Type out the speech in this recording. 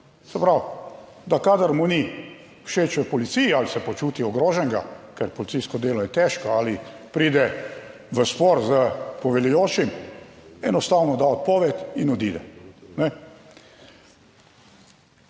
Se pravi, da kadar mu ni všeč v policiji ali se počuti ogroženega, ker policijsko delo je težko ali pride v spor s poveljujočim, enostavno da odpoved in odide.